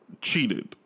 cheated